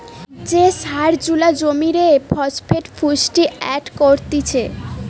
যে সার জুলা জমিরে ফসফেট পুষ্টি এড করতিছে